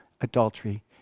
adultery